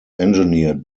engineered